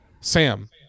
Sam